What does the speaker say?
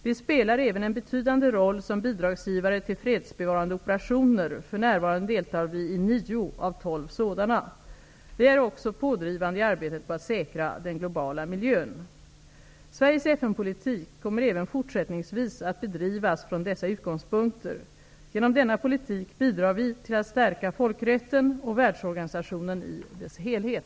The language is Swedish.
Vi spelar även en betydande roll som bidragsgivare till fredsbevarande operationer -- för nävarande deltar vi i nio av tolv sådana. Vi är också pådrivande i arbetet på att säkra den globala miljön. Sveriges FN-politik kommer även fortsättningsvis att bedrivas från dessa utgångspunkter. Genom denna politik bidrar vi till att stärka folkrätten och världsorganisationen i dess helhet.